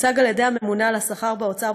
הוצג על-ידי הממונה על השכר באוצר,